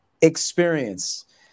experience